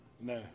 no